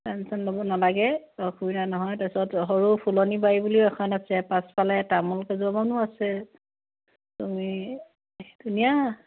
tension ল'ব নালাগে অসুবিধা নহয় তাৰপিছত সৰু ফুলনি বাৰী বুলিও এখন আছে পাছফালে তামোল কেইজোপামানো আছে তুমি ধুনীয়া